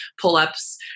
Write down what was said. pull-ups